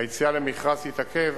היציאה למכרז תתעכב